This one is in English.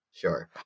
Sure